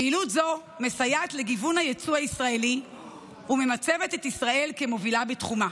פעילות זו מסייעת לגיוון היצוא הישראלי וממצבת את ישראל כמובילה בתחומה.